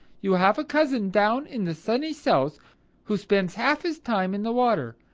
you have a cousin down in the sunny south who spends half his time in the water.